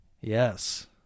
Yes